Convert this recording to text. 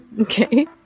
okay